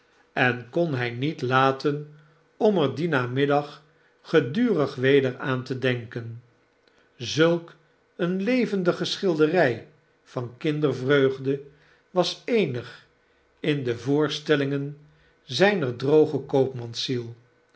en kon hij niet laten om er dien namiddag gedurig weder aan te denken zulk eene levendige schilderjj vankindervreugdewas eenig in de voorstellingen zgner droge